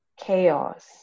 chaos